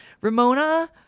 Ramona